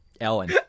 Ellen